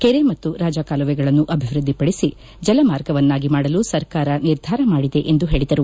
ಕೆರೆ ಮತ್ತು ರಾಜಕಾಲುವೆಗಳನ್ನು ಅಭಿವೃದ್ದಿಪಡಿಸಿ ಜಲಮಾರ್ಗವನ್ನಾಗಿ ಮಾಡಲು ಸರ್ಕಾರ ನಿರ್ಧಾರ ಮಾಡಿದೆ ಎಂದು ಹೇಳಿದರು